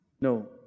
No